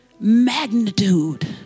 magnitude